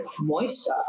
moisture